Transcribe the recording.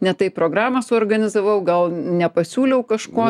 ne taip programą suorganizavau gal nepasiūliau kažko